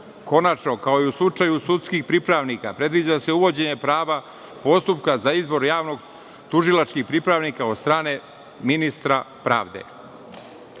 sporu. Konačno, kao i u slučaju sudskih pripravnika, predviđa se uvođenje prava postupka za izbor javno – tužilačkih pripravnika od strane ministra